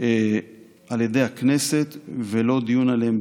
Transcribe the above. על ידי הכנסת בלא דיון עליהם,